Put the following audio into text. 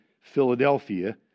Philadelphia